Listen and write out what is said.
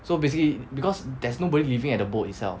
so basically because there's nobody living at the boat itself